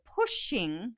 pushing